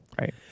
Right